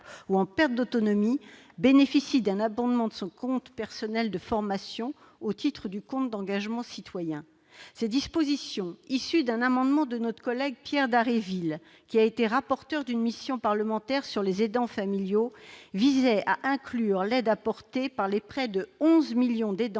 ou en perte d'autonomie bénéficient d'un abondement de leur compte personnel de formation au titre du compte d'engagement citoyen. Ces dispositions, issues d'un amendement de notre collègue Pierre Dharréville, qui a été rapporteur d'une mission parlementaire sur les aidants familiaux, tendaient à inclure, dans les activités bénévoles et de volontariat